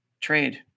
trade